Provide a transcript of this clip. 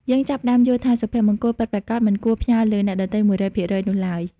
យើងចាប់ផ្តើមយល់ថា សុភមង្គលពិតប្រាកដមិនគួរផ្ញើលើអ្នកដទៃ ១០០% នោះឡើយ។